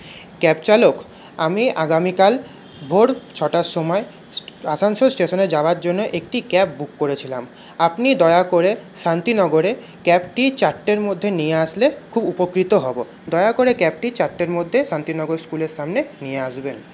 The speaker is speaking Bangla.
ক্যাব চালক আমি আগামীকাল ভোর ছটার সময় আসানসোল স্টেশনে যাওয়ার জন্য একটি ক্যাব বুক করেছিলাম আপনি দয়া করে শান্তিনগরে ক্যাবটি চারটের মধ্যে নিয়ে আসলে খুব উপকৃত হবো দয়া করে ক্যাবটি চারটের মধ্যে শান্তিনগর স্কুলের সামনে নিয়ে আসবেন